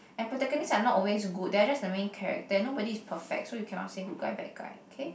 and protagonist are not always good they are just the main character and nobody is perfect so you cannot say good guy bad guy okay